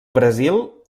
brasil